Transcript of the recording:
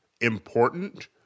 important